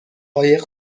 قایق